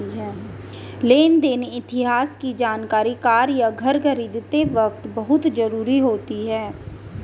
लेन देन इतिहास की जानकरी कार या घर खरीदते वक़्त बहुत जरुरी होती है